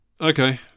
Okay